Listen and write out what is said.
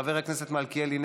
חבר הכנסת מלכיאלי,